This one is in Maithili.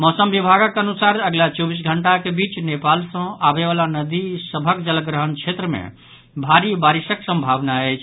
मौसम विभागक अनुसार अगिला चौबीस घंटाक बीच नेपाल सँ अबयवला नदी सभक जलग्रहण क्षेत्र मे भारी बारिशक संभावना अछि